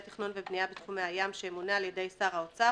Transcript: תכנון ובנייה בתחומי הים שימונה על ידי שר האוצר,